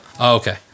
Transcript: okay